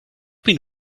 been